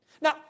Now